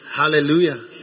Hallelujah